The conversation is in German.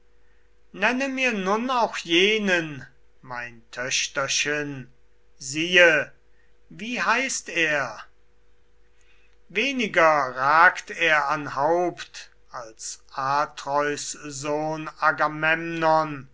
nenne mir nun auch jenen mein töchterchen siehe wie heißt er weniger ragt er an haupt als atreus sohn